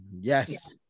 yes